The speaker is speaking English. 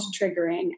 triggering